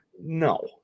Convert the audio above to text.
No